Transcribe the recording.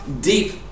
deep